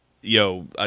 yo